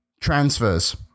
transfers